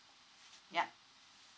yup